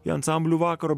ir ansamblių vakaro